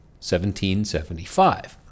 1775